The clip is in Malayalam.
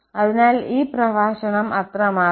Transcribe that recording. അതിനാൽ ഈ പ്രഭാഷണം അത്രമാത്രം